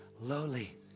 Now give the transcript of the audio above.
lowly